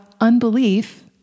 unbelief